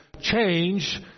change